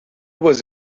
was